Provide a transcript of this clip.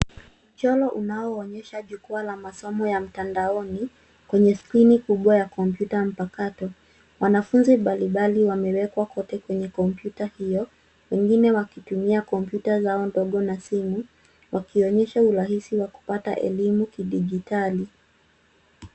Mchoro unaoonyesha masomo ya jukwaa ya mtandaoni kwenye skrini kubwa ya kompyuta mpakato. Wanafunzi mbalimbali wamewekwa kote kwenye kompyuta hiyo, wengine wakitumia kompyuta zao ndogo na simu wakionyesha urahisi wa kupata elimu kidijitali.